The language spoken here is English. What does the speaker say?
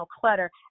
clutter